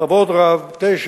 בכבוד רב, ט.